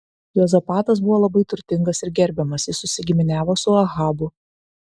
juozapatas buvo labai turtingas ir gerbiamas jis susigiminiavo su ahabu